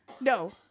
No